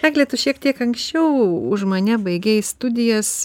egle tu šiek tiek anksčiau už mane baigei studijas